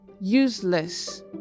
useless